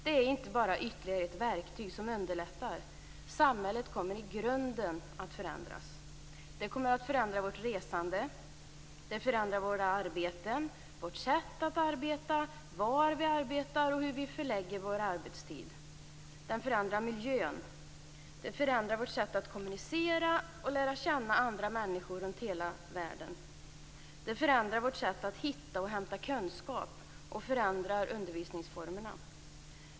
Det är inte bara ytterligare ett verktyg som underlättar. Samhället kommer i grunden att förändras. Informationstekniken kommer att förändra vårt resande. Den förändrar våra arbeten, vårt sätt att arbeta, var vi arbetar och hur vi förlägger vår arbetstid. Den förändrar miljön. Den förändrar vårt sätt att kommunicera och lära känna andra människor runt hela världen. Den förändrar vårt sätt att hitta och hämta kunskap, och den förändrar undervisningsformerna.